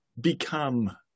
become